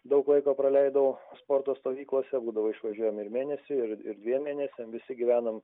daug laiko praleidau sporto stovyklose būdavo išvažiuojam ir mėnesiui ir ir dviem mėnesiam visi gyvenam